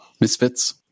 Misfits